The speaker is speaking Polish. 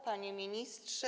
Panie Ministrze!